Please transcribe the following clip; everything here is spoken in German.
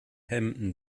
hemden